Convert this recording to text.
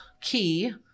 key